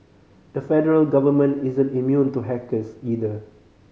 the federal government isn't immune to hackers either